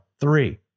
three